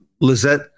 Lizette